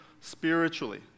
spiritually